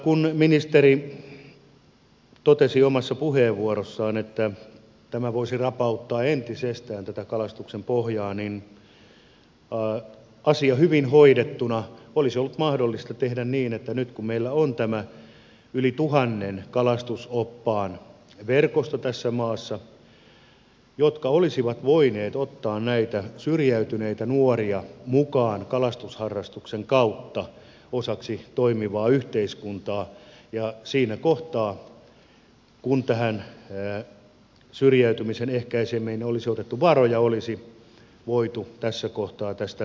vaikka ministeri totesi omassa puheenvuorossaan että tämä voisi rapauttaa entisestään tätä kalastuksen pohjaa niin asia hyvin hoidettuna olisi ollut mahdollista tehdä niin että nyt kun meillä on tämä yli tuhannen kalastusoppaan verkosto tässä maassa he olisivat voineet ottaa näitä syrjäytyneitä nuoria kalastusharrastuksen kautta mukaan osaksi toimivaa yhteiskuntaa ja siinä kohtaa kun tähän syrjäytymisen ehkäisemiseen olisi osoitettu varoja olisi voitu tässä kohtaa tästä kalastuksenhoitomaksusta säätää